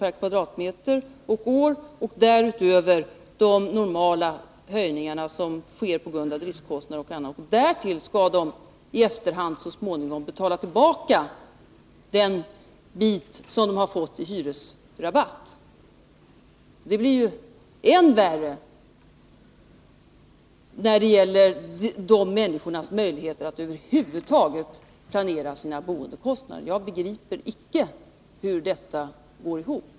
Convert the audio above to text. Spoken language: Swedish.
per kvadratmeter och år och därutöver de normala höjningar som beror på driftkostnader och annat. Därtill skall de i efterhand så småningom betala tillbaka den bit de fått i hyresrabatt. Det blir ju än värre när det gäller de människornas möjlighet att över huvud taget planera sina boendekostnader. Jag begriper icke hur detta går ihop.